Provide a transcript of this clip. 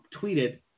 tweeted